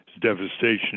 devastation